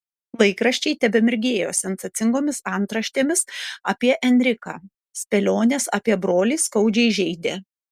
laikraščiai tebemirgėjo sensacingomis antraštėmis apie enriką spėlionės apie brolį skaudžiai žeidė